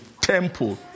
temple